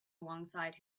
alongside